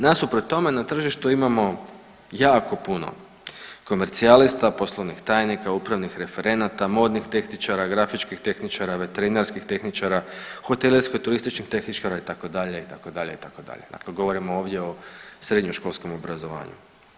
Nasuprot tome, na tržištu imamo jako puno, komercijalista, poslovnih tajnika, upravnih referenata, modnih tehničara, grafičkih tehničara, veterinarskih tehničara, hotelijersko-turističkih tehničara, itd., itd., itd., kad govorimo ovdje o srednjoškolskom obrazovanju.